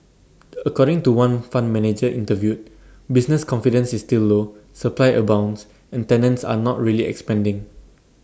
according to one fund manager interviewed business confidence is still low supply abounds and tenants are not really expanding